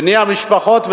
בני המשפחות,